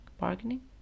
Bargaining